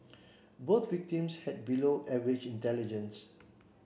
both victims had below average intelligence